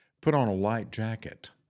put-on-a-light-jacket